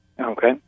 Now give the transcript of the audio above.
Okay